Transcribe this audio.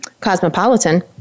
Cosmopolitan